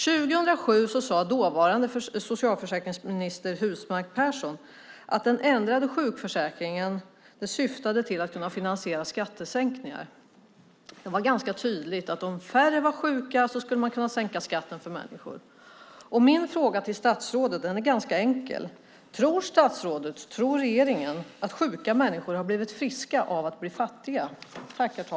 År 2007 sade dåvarande socialförsäkringsminister Husmark Pehrsson att den ändrade sjukförsäkringen syftade till att man skulle kunna finansiera skattesänkningar. Det var ganska tydligt att om färre var sjuka skulle man kunna sänka skatten för människor. Min fråga till statsrådet är ganska enkel: Tror statsrådet och tror regeringen att sjuka människor har blivit friska av att bli fattiga?